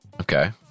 Okay